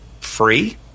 free